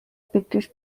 pictish